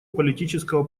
политического